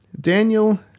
Daniel